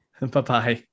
Bye-bye